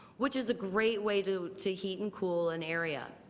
which is a great way to to heat and cool an area.